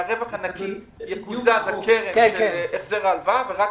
מהרווח הנקי תקוזז הקרן של החזר ההלוואה ורק